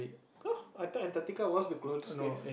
[huh] I thought Antarctica was the coldest place